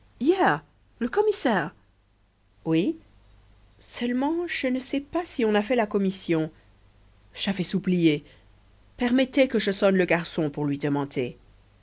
le commissaire oui seulement je ne sais pas si on a fait la commission j'avais oublié permettez que je sonne le garçon pour lui demander